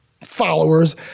followers